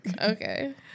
Okay